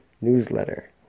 newsletter